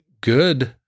good